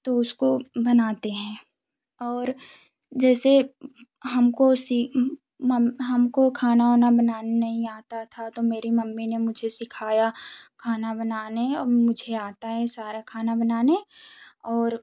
तो उसको बनाते हैं और जैसे हमको सी मम हमको खाना वाना बनाने नहीं आता था तो मेरी मम्मी ने मुझे सीखाया खाना बनाने अब मुझे आता है सारा खाना बनाने और